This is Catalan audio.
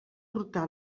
portar